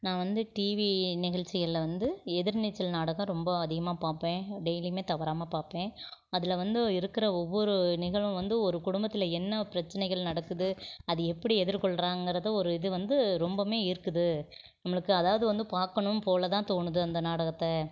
நான் வந்து டிவி நிகழ்ச்சிகளில் வந்து எதிர்நீச்சல் நாடகம் ரொம்ப அதிகமாக பார்ப்பேன் டெய்லியுமே தவறாமல் பார்ப்பேன் அதில் வந்து இருக்கிற ஒவ்வொரு நிகழ்வும் வந்து ஒரு குடும்பத்தில் என்ன பிரச்சினைகள் நடக்குது அது எப்படி எதிர்கொள்றாங்கிறது ஒரு இது வந்து ரொம்பவுமே ஈர்க்குது நம்மளுக்கு அதாவது வந்து பார்க்கணும் போல் தான் தோணுது அந்த நாடகத்தை